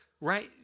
right